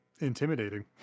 intimidating